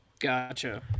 Gotcha